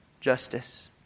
Justice